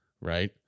right